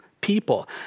people